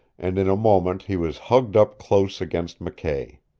and in a moment he was hugged up close against mckay.